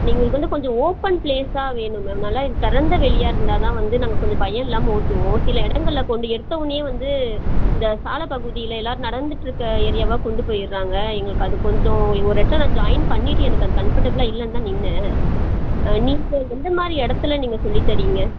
எங்களுக்கு வந்து கொஞ்சம் ஓப்பன் ப்ளேஸாக வேணும் மேம் நல்லா திறந்த வெளியாக இருந்தால்தான் வந்து நாங்கள் கொஞ்சம் பயம் இல்லாமல் ஓட்டுவோம் சில இடங்கள்ல கொஞ்சம் எடுத்தோடன்னே வந்து இந்த சாலை பகுதியில் எல்லோரும் நடந்துகிட்ருக்குற ஏரியாவாக கொண்டு போயிடுறாங்க எங்களுக்கு அது கொஞ்சம் ஒரு இடத்துல நான் ஜாயின் பண்ணிவிட்டு எனக்கு அது கம்ஃபர்டபுலாக இல்லைன்னுதான் நின்றேன் நீங்கள் எந்தமாதிரி இடத்துல நீங்கள் சொல்லித்தரீங்க